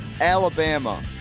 Alabama